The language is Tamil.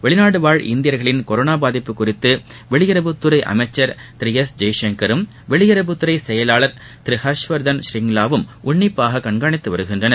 வெளிநாடு வாழ் இந்தியர்களின் கொரோனா பாதிப்பு குறித்து வெளியுறவுத்துறை அமைச்சர் திரு எஸ் ஜெய்சங்கரும் வெளியுறவுத்துறை செயலாளர் திரு ஹர்ஷ்வர்தன் ஷிரிங்லாவும் உன்னிப்பாக கண்காணித்து வருகின்றனர்